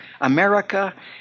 America